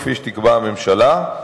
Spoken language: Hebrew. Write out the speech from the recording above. כפי שתקבע הממשלה,